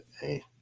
hey